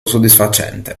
soddisfacente